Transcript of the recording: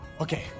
Okay